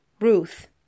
Ruth